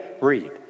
Read